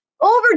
over